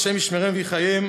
ה' ישמרם ויחיים,